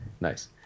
Nice